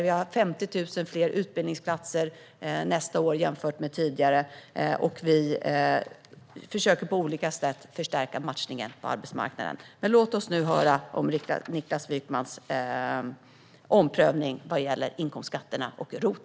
Vi har 50 000 fler utbildningsplatser nästa år jämfört med tidigare, och vi försöker på olika sätt förstärka matchningen på arbetsmarknaden. Men låt oss nu få höra om Niklas Wykmans omprövning vad gäller inkomstskatterna och ROT!